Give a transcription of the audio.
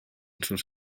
sus